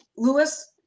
louis.